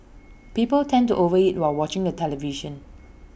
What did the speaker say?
people tend to over eat while watching the television